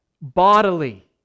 bodily